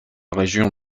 région